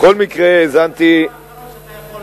זה הדבר האחרון שאתה יכול להגיד עלי.